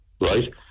right